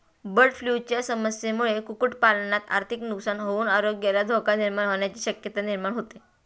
बर्डफ्लूच्या समस्येमुळे कुक्कुटपालनात आर्थिक नुकसान होऊन आरोग्याला धोका निर्माण होण्याची शक्यता निर्माण होते